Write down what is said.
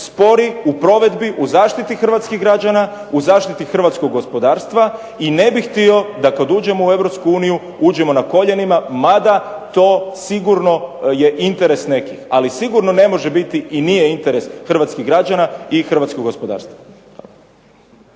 spori u provedbi, u zaštiti hrvatskih građana, u zaštiti hrvatskog gospodarstva i ne bih htio da kad uđemo u EU, uđemo na koljenima mada to sigurno je interes nekih. Ali sigurno ne može biti i nije interes hrvatskih građana i hrvatskog gospodarstva.